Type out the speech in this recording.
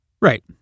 Right